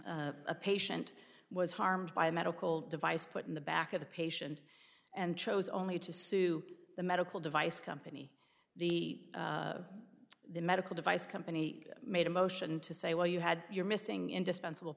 patient was harmed by a medical device put in the back of the patient and chose only to sue the medical device company the medical device company made a motion to say well you had your missing indispensable